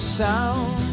sound